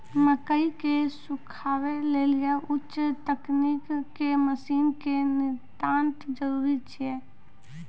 मकई के सुखावे लेली उच्च तकनीक के मसीन के नितांत जरूरी छैय?